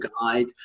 guide